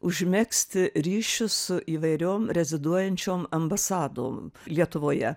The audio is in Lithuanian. užmegzti ryšius su įvairiom reziduojančiom ambasadom lietuvoje